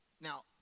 Now